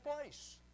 place